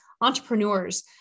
entrepreneurs